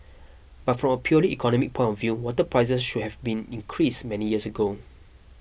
but from purely economic point of view water prices should have been increased many years ago